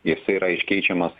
jisai yra iškeičiamas